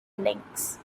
links